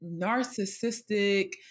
narcissistic